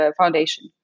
Foundation